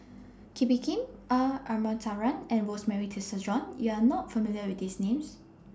Kee Bee Khim R Ramachandran and Rosemary Tessensohn YOU Are not familiar with These Names